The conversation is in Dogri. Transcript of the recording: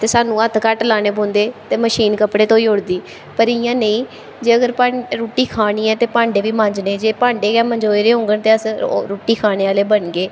ते सानूं हत्थ घट्ट लाने पौंदे ते मशीन कपड़े धोई ओड़दी पर इ'यां नेईं जेकर भाई रुट्टी खानी ऐ ते भांडे बी मांजने ते जे भांडे गै मंजोऐ दे होङन ते अस रुट्टी खाने आह्ले बनगे